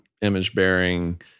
image-bearing